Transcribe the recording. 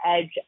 edge